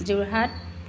Jorhat